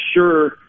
sure –